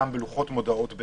גם בלוחות מודעות,